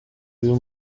uyu